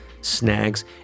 snags